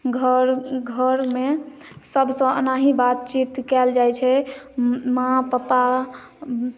घर घर मे सबसँ अनाही बात चीत कयल जाइत छै माँ पप्पा